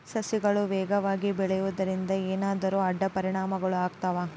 ಸಸಿಗಳು ವೇಗವಾಗಿ ಬೆಳೆಯುವದರಿಂದ ಏನಾದರೂ ಅಡ್ಡ ಪರಿಣಾಮಗಳು ಆಗ್ತವಾ?